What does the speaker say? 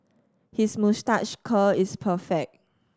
his moustache curl is perfect